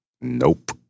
Nope